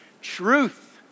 truth